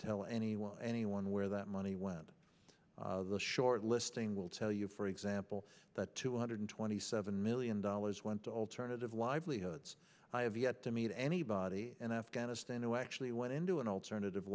tell anyone anyone where that money went the short listing will tell you for example that two hundred twenty seven million dollars went to alternative livelihoods i have yet to meet anybody in afghanistan who actually went into an alternative